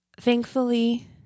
Thankfully